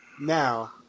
Now